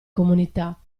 comunità